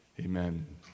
amen